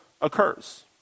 occurs